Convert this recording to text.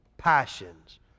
Passions